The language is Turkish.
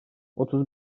otuz